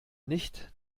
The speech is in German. nicht